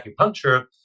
acupuncture